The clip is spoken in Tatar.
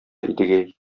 идегәй